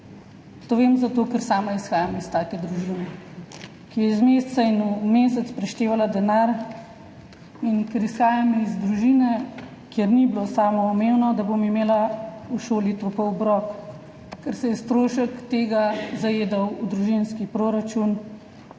To vem zato, ker sama izhajam iz take družine, ki je iz meseca v mesec preštevala denar. In ker izhajam iz družine, kjer ni bilo samoumevno, da bom imela v šoli topel obrok, ker se je strošek tega zajedal v družinski proračun,